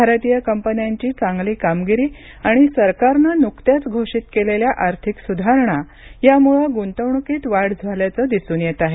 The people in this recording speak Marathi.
भारतीय कंपन्यांची चांगली कामगिरी आणि सरकारनं नुकत्याच घोषित केलेल्या आर्थिक सुधारणा यामुळे गुंतवणुकीत वाढ झाल्याचं दिसून येत आहे